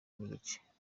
n’igice